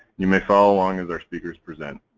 you may follow along as our speakers present.